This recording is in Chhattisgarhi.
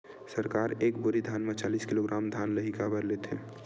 सरकार एक बोरी धान म चालीस किलोग्राम धान ल ही काबर लेथे?